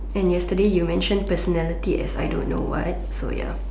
and yesterday you mention personality as I don't know what so ya